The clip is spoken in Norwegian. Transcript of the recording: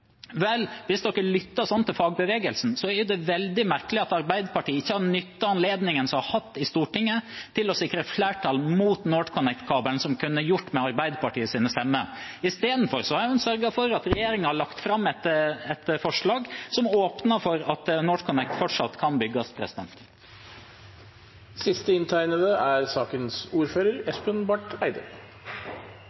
Vel, hvis de lytter sånn til fagbevegelsen, er det veldig merkelig at Arbeiderpartiet ikke har nyttet anledningen som de har hatt i Stortinget, til å sikre flertall mot NorthConnect-kabelen, som en kunne gjort med Arbeiderpartiets stemmer. Istedenfor har man sørget for at regjeringen har lagt fram et forslag som åpner for at NorthConnect fortsatt kan bygges. Noe av det jeg liker dårligst, er